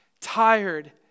tired